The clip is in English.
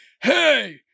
Hey